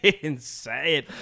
insane